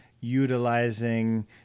utilizing